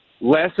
less